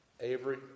Avery